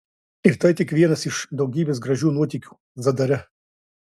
ir tai tik vienas iš daugybės gražių nuotykių zadare